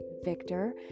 Victor